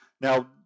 Now